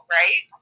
right